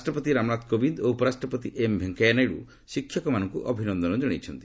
ରାଷ୍ଟ୍ରପତି ରାମନାଥ କୋବିନ୍ଦ ଓ ଉପରାଷ୍ଟ୍ରପତି ଏମ୍ ଭେଙ୍କିୟା ନାଇଡୁ ଶିକ୍ଷକମାନଙ୍କୁ ଅଭିନନ୍ଦନ ଜଣାଇଛନ୍ତି